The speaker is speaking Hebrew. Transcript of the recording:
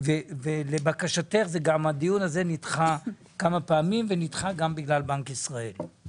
ולבקשתך הדיון הזה נדחה כמה פעמים וגם בגלל בנק ישראל.